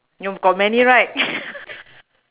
you got many right